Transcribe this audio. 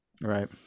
Right